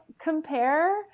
compare